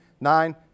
nine